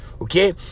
okay